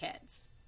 kids